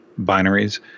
binaries